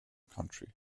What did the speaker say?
country